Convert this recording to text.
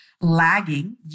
lagging